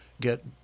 get